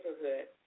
neighborhood